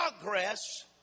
progress